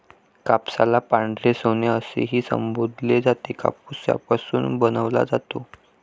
कापसाला पांढरे सोने असेही संबोधले जाते, कापूस यापासून बनवला जातो